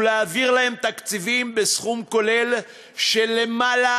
ולהעביר להם תקציבים בסכום כולל של למעלה